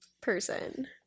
person